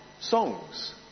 songs